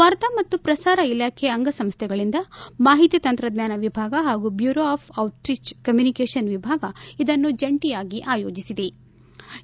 ವಾರ್ತಾ ಮತ್ತು ಪ್ರಸಾರ ಇಲಾಖೆಯ ಅಂಗಸಂಸ್ಥೆಗಳಿಂದ ಮಾಹಿತಿ ತಂತ್ರಜ್ಞಾನ ವಿಭಾಗ ಹಾಗೂ ಬ್ಯೂರೋ ಆಫ್ ಔಟ್ರೀಚ್ ಕಮ್ಲೂನಿಕೇಷನ್ ವಿಭಾಗ ಇದನ್ನು ಜಂಟಿಯಾಗಿ ಆಯೋಜಿಸಿವೆ